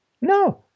No